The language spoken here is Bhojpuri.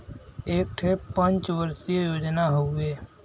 एक ठे पंच वर्षीय योजना हउवे